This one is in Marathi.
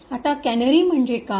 आता कॅनरी म्हणजे काय